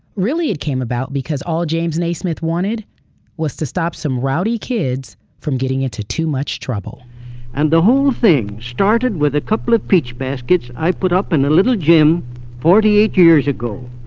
really it came about because all james naismith wanted was to stop some rowdy kids from getting into too much trouble and the whole thing started with a couple of peach baskets i put up in a little gym forty eight years ago.